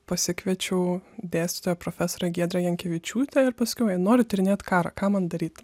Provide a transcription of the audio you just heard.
pasikviečiau dėstytoją profesorę giedrę jankevičiūtę ir pasakiau jai noriu tyrinėt karą ką man daryti